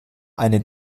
eine